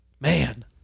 man